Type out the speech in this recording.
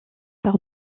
par